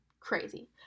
crazy